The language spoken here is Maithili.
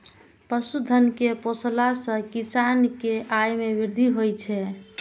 पशुधन कें पोसला सं किसान के आय मे वृद्धि होइ छै